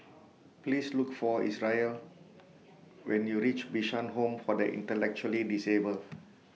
Please Look For Isreal when YOU REACH Bishan Home For The Intellectually Disabled